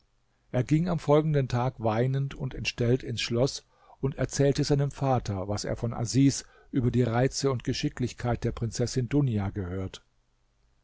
er ging am folgenden tag weinend und entstellt ins schloß und erzählte seinem vater was er von asis über die reize und geschicklichkeit der prinzessin dunia gehört